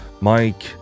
Mike